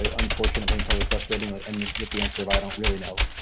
ah unfortunately, and probably frustratingly end with the answer of i don't really know.